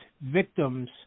victims